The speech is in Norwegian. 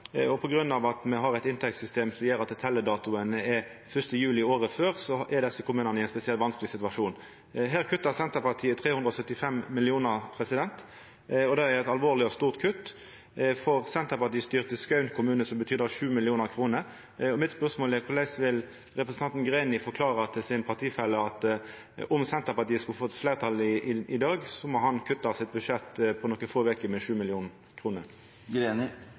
grunn av at me har eit inntektssystem som gjer at teljedatoane er 1. juli året før, er desse kommunane i ein spesielt vanskeleg situasjon. Her kuttar Senterpartiet 375 mill. kr, og det er eit alvorleg og stort kutt. For senterpartistyrte Skaun kommune betyr det 7 mill. kr. Mitt spørsmål er: Korleis vil representanten Greni forklare til sin partifelle at om Senterpartiet skulle fått fleirtall i dag, måtte han kutta sitt budsjett med 7 mill. kr på nokre få veker?